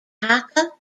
hakka